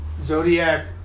Zodiac